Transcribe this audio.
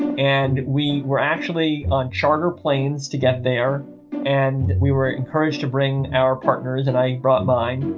and we were actually on charter planes to get there and we were encouraged to bring our partners and i brought mine